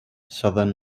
southern